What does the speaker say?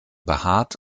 behaart